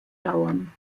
dauern